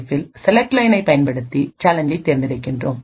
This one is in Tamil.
எஃப்பில் செலக்ட் லையனை பயன்படுத்தி சேலஞ்ச்சை தேர்ந்தெடுக்கிறோம்